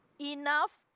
enough